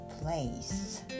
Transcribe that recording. place